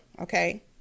okay